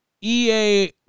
EA